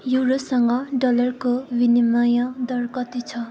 युरोसँग डलरको विनिमय दर कति छ